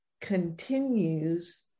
continues